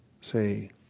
Say